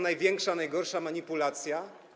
największa, najgorsza manipulacja.